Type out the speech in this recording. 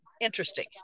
interesting